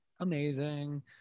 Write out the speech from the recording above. Amazing